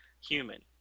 human